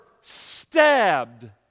stabbed